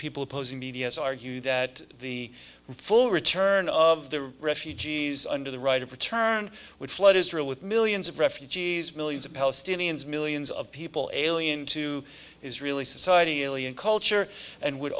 people opposing media's argue that the full return of the refugees under the right of return would flood israel with millions of refugees millions of palestinians millions of people alien to israeli society alien culture and would